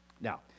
Now